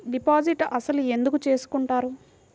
Deposit అసలు ఎందుకు చేసుకుంటారు?